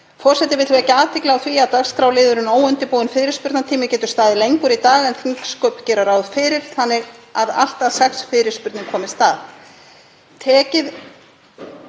Forseti vill vekja athygli á því að dagskrárliðurinn óundirbúinn fyrirspurnartími getur staðið lengur í dag en þingsköp gera ráð fyrir þannig að allt að sex fyrirspurnir komist að.